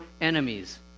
enemies